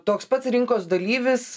toks pats rinkos dalyvis